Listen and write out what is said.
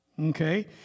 Okay